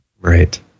Right